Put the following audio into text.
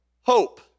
hope